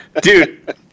Dude